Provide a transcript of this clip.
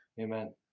Amen